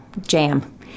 jam